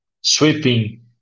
sweeping